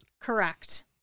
Correct